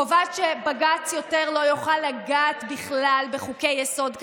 קובעת שבג"ץ לא יוכל יותר לגעת בכלל בחוקי-יסוד,